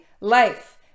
life